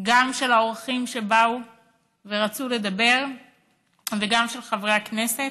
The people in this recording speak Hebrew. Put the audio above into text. גם של האורחים שבאו ורצו לדבר וגם של חברי הכנסת,